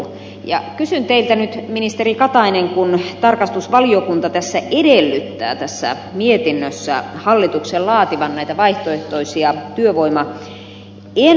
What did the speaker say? ja kysyn teiltä nyt ministeri katainen kun tarkastusvaliokunta edellyttää tässä mietinnössä hallituksen laativan näitä vaihtoehtoisia työvoimaennusteita